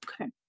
okay